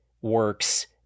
works